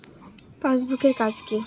Passbook এর কাজ কি?